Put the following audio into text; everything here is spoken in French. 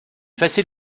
facile